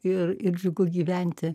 ir ir džiugu gyventi